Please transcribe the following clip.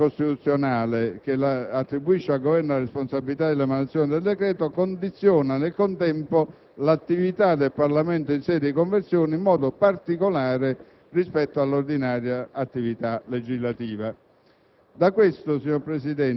la norma costituzionale, che attribuisce al Governo la responsabilità dell'emanazione del decreto, condiziona nel contempo l'attività del Parlamento in sede di conversione, in modo particolare rispetto all'ordinaria attività legislativa.